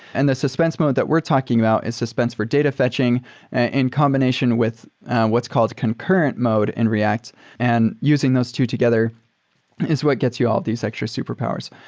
and the suspense mode that we're talking about is suspense for data fetching in combination with what's called concurrent mode in react and using those two together is what gets you all these extra superpowers.